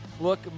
look